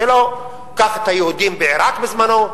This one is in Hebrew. קח את היהודים בעירק בזמנו.